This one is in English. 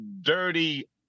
dirty